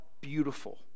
beautiful